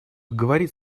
говорит